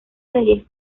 series